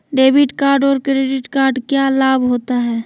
Debit card और credit card क्या लाभ होता है?